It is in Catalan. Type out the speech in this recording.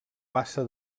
bassa